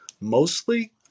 mostly